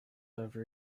over